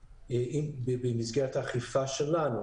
במסגרת האכיפה שלנו,